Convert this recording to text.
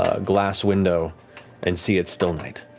ah glass window and see it's still night.